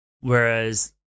Whereas